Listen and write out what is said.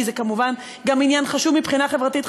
כי זה כמובן גם עניין חשוב מבחינה חברתית,